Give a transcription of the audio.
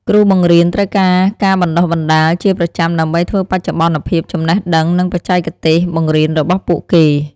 គ្រូបង្រៀនត្រូវការការបណ្តុះបណ្តាលជាប្រចាំដើម្បីធ្វើបច្ចុប្បន្នភាពចំណេះដឹង និងបច្ចេកទេសបង្រៀនរបស់ពួកគេ។